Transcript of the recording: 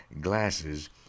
glasses